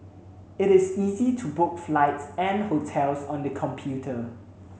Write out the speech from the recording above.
it is easy to book flights and hotels on the computer